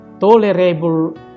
tolerable